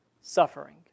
Suffering